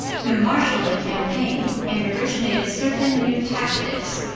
who marshalled the campaign and originated certain new tactics,